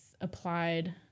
applied